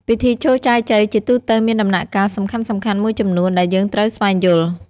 ពិធីចូលចែចូវជាទូទៅមានដំណាក់កាលសំខាន់ៗមួយចំនួន ដែលយើងត្រូវស្វែងយល់។